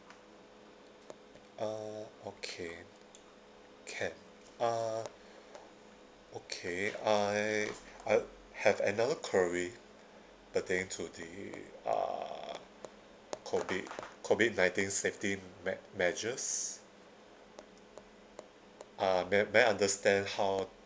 uh okay can uh okay I I have another query pertaining to the uh COVID COVID nineteen safety mea~ measures uh may may I understand how